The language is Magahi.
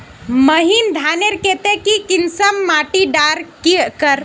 महीन धानेर केते की किसम माटी डार कर?